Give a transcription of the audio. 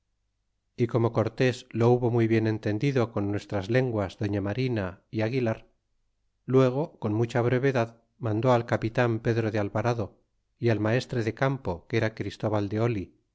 y como cortés lo hubo muy bien entendido con nuestras lenguas doña marina y aguilar luego con mucha brevedad mandó a capitan pedro de alvarado y al maestre de campo que era christóval de oli